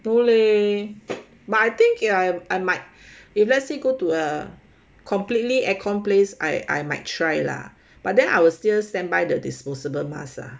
no leh but I think ya I might if let's say go to a completely aircon place I I might try lah but then I will still stand by the disposable mask lah